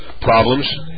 problems